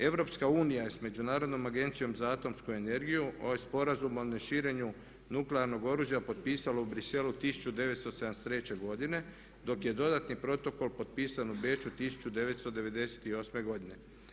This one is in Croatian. EU je sa Međunarodnom agencijom za atomsku energiju ovaj sporazum o ne širenju nuklearnog oružja potpisala u Bruxellesu 1973.godine dok je dodatni protokol potpisan u Beču 1998.godine.